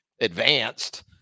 advanced